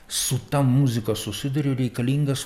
su ta muzika susiduriu reikalingas